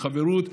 בחברות,